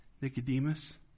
Nicodemus